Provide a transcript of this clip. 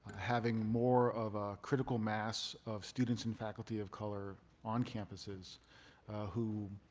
having more of a critical mass of students and faculty of color on campuses who